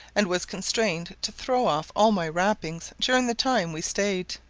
and was constrained to throw off all my wrappings during the time we staid.